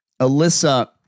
Alyssa